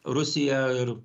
rusiją ir